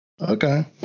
Okay